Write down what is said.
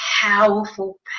powerful